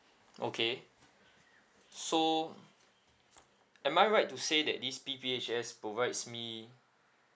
okay so am I right to say that this P_P_H_S provides me